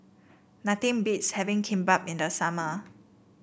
nothing beats having Kimbap in the summer